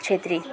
क्षेत्री